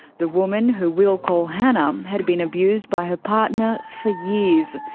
the woman, who we'll call hannah, um had been abused by her partner for years.